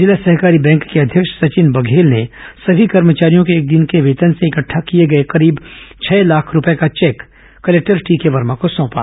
जिला सहकारी बैंक के अध्यक्ष सचिन बघेल ने सभी कर्मचारियों के एक दिन के वेतन से इकठठा किए गए करीब छह लाख रूपये का चेक कलेक्टर टीके वर्मा को सौंपा